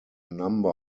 number